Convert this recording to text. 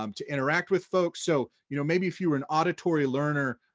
um to interact with folks. so you know maybe if you were an auditory learner,